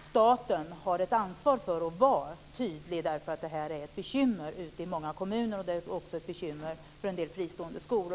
staten har ett ansvar för att vara tydlig, därför att det här är ett bekymmer ute i många kommuner. Det är också ett bekymmer för en del fristående skolor.